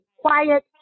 quiet